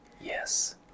Yes